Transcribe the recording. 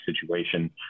situation